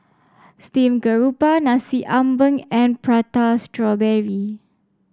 Steam Garoupa Nasi Ambeng and Prata Strawberry